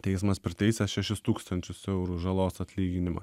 teismas priteisęs šešis tūkstančius eurų žalos atlyginimą